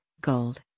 gold